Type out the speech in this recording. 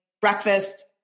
Breakfast